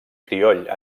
crioll